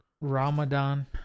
Ramadan